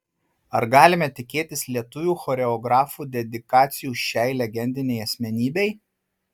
ar galime tikėtis lietuvių choreografų dedikacijų šiai legendinei asmenybei